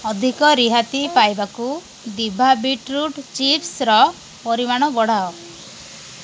ଅଧିକ ରିହାତି ପାଇବାକୁ ଦିଭା ବିଟ୍ରୁଟ୍ ଚିପ୍ସ୍ର ପରିମାଣ ବଢ଼ାଅ